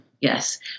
Yes